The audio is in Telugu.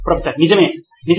ప్రొఫెసర్ నిజమే నిజమే